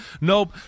nope